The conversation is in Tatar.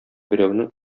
берәүнең